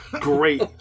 great